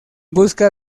busca